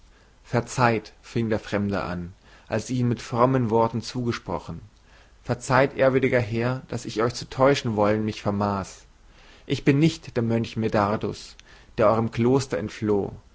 verzeiht fing der fremde an als ich ihm mit frommen worten zugesprochen verzeiht ehrwürdiger herr daß ich euch täuschen zu wollen mich vermaß ich bin nicht der mönch medardus der euerm kloster entfloh